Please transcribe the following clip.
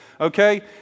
okay